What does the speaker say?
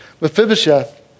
Mephibosheth